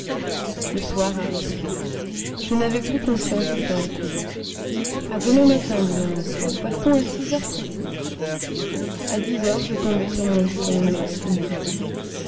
le soir arriva je n'avais plus conscience du temps écoulé à demain matin dit mon oncle nous partons à six heures précises a dix heures je tombai sur mon lit comme une masse inerte